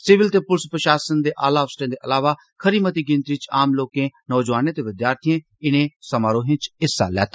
civil ते police प्रशासन दे आला अफसरें दे अलावा खरी मती गिनतरी च आम लोकें नौजवानें ते विद्यार्थिएं इनें समारोहें च हिस्सा लैता